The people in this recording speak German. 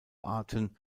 arten